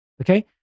Okay